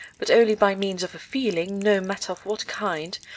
but only by means of a feeling, no matter of what kind,